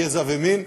גזע ומין,